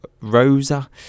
Rosa